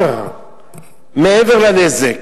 שמעבר לנזק,